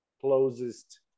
closest